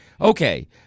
Okay